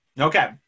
okay